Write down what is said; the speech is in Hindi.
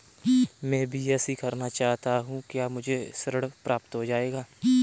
मैं बीएससी करना चाहता हूँ क्या मुझे ऋण प्राप्त हो जाएगा?